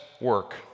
work